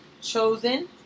Chosen